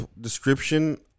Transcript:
description